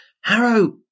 Harrow